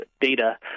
data